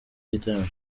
igitaramo